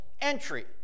entry